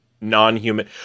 non-human